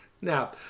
now